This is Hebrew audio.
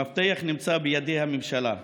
המפתח נמצא בידי הממשלה.